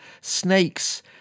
snakes